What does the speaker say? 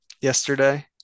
yesterday